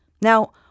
Now